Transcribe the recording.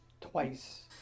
twice